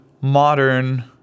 modern